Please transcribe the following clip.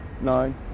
nine